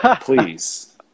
please